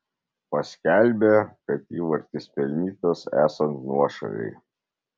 paskelbė kad įvartis pelnytas esant nuošalei